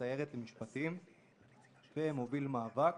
הסיירת למשפטים ומוביל מאבק.